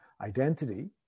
identity